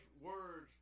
words